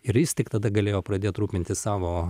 ir jis tik tada galėjo pradėt rūpintis savo